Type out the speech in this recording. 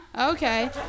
Okay